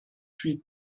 suite